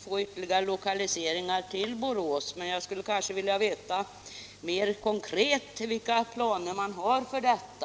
få ytterligare lokaliseringar till Borås, men jag skulle vilja veta litet mer konkret vilka planer man har för detta.